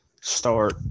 start